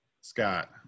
Scott